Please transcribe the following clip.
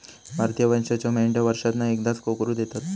भारतीय वंशाच्यो मेंढयो वर्षांतना एकदाच कोकरू देतत